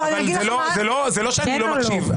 זה לא שאני לא מקשיב.